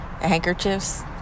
handkerchiefs